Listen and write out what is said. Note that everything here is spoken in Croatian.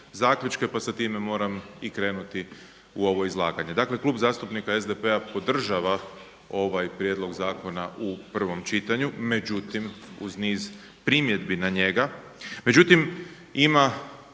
pa sa time moram i krenuti u ovoj izlaganje. Dakle, Klub zastupnika SDP-a podržava ovaj prijedlog zakona u prvom čitanju, međutim, uz niz primjedbi na njega. Međutim, ima